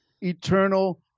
eternal